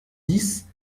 dix